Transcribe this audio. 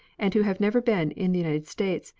and who have never been in the united states,